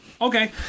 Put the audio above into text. Okay